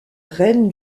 reine